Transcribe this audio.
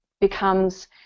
becomes